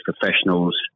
professionals